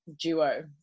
duo